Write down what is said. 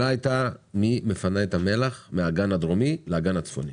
מי מפנה מהאגן הדרומי לאגן הצפוני?